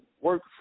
work